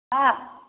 ಹಾಂ